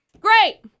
Great